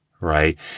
Right